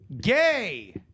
Gay